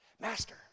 Master